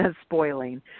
spoiling